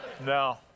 No